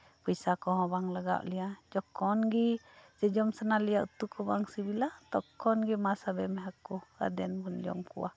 ᱯᱚᱭᱥᱟ ᱠᱚᱦᱚᱸ ᱵᱟᱝ ᱞᱟᱜᱟᱣᱮᱫ ᱞᱮᱭᱟ ᱡᱚᱠᱷᱚᱱ ᱜᱮ ᱡᱚᱡᱚᱢ ᱥᱟᱱᱟ ᱞᱮᱭᱟ ᱩᱛᱩ ᱠᱚ ᱵᱟᱝ ᱥᱤᱵᱤᱞᱟ ᱛᱚᱠᱷᱚᱱ ᱜᱮ ᱢᱟ ᱥᱟᱵᱮ ᱢᱮ ᱦᱟᱹᱠᱩ ᱟᱨ ᱫᱮᱱ ᱵᱚᱱ ᱡᱚᱢ ᱠᱚᱣᱟ